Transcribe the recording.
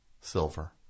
silver